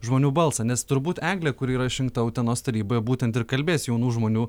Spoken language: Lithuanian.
žmonių balsą nes turbūt eglė kuri yra išrinkta utenos taryboje būtent ir kalbės jaunų žmonių